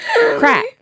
crack